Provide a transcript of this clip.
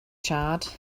charred